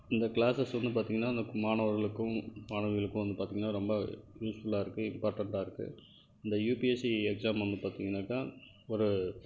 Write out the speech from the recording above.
இந்த க்ளாஸஸ் வந்து பார்த்திங்கன்னா அந்த மாணவர்களுக்கும் மாணவிகளுக்கும் வந்து பார்த்திங்கன்னா ரொம்ப யூஸ்ஃபுல்லாக இருக்குது இம்பார்ட்டண்ட்டாக இருக்குது இந்த யூபிஎஸ்சி எக்ஸாம் வந்து பார்த்திங்கனாக்கா ஒரு